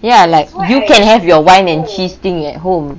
ya like you can have your wine and cheese thing at home